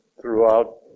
throughout